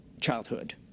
childhood